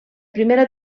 primera